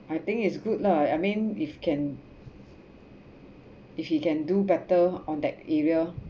I think it's good lah I mean if can if he can do better on that area